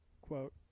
quote